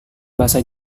bahasa